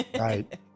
right